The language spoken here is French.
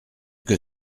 que